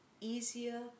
easier